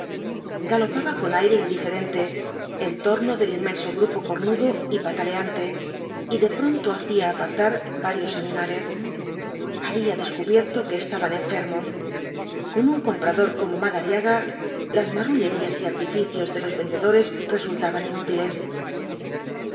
galopaba con aire indiferente en torno del inmenso grupo cornudo y pataleante y de pronto hacía apartar varios animales había descubierto que estaban enfermos con un comprador como madariaga las marrullerías y artificios de los vendedores resultaban inútiles